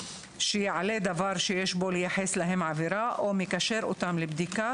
שיעלה דבר שיש בו לייחס להם עבירה או המקשר אותם לבדיקה,